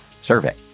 survey